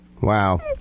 Wow